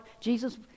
Jesus